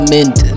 Mint